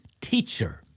teacher